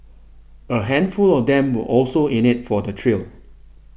a handful of them were also in it for the thrill